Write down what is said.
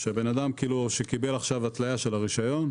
שהבן אדם שקיבל התליה של הרישיון,